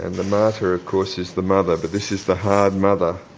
and the mater of course is the mother but this is the hard mother,